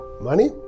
money